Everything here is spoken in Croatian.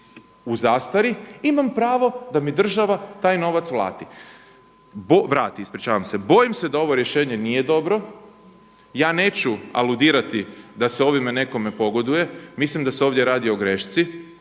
u zastari, imam pravo da mi država taj novac vrati. Bojim se da ovo rješenje nije dobro. Ja neću aludirati da se ovime nekome pogoduje. Mislim da se ovdje o grešci.